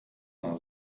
nach